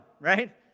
right